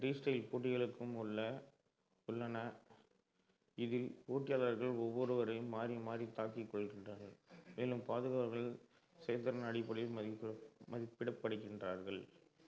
restyle போட்டிகளும் உள்ள உள்ளன இதில் போட்டியாளர்கள் ஒவ்வொருவரையும் மாறி மாறி தாக்கிக் கொள்கின்றனர் மேலும் பாதுகாவலர் செயல்திறன் அடிப்படையில் மதிப்பிட மதிப்பிடப்படுகின்றார்கள்